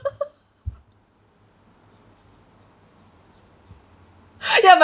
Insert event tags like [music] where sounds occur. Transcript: [laughs] ya but